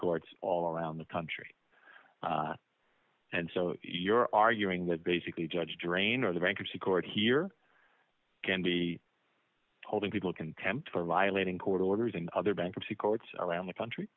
courts all around the country and so you're arguing that basically judge drainer the bankruptcy court here can be holding people contempt for violating court orders and other bankruptcy courts around the country